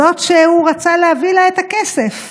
זאת שהוא רצה להביא לה את הכסף.